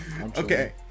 okay